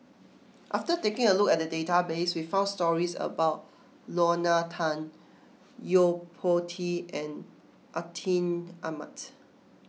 after taking a look at the database we found stories about Lorna Tan Yo Po Tee and Atin Amat